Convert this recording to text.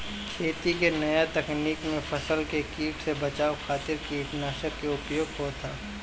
खेती के नया तकनीकी में फसल के कीट से बचावे खातिर कीटनाशक के उपयोग होत ह